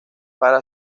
para